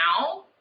now